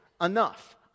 enough